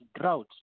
drought